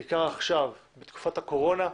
בעיקר עכשיו בתקופת הקורונה.